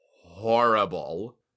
horrible